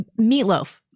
meatloaf